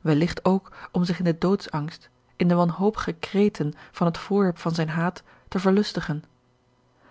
welligt ook om zich in den doodsangt in de wanhopige kreten van het voorwerp van zijn haat te verlustigen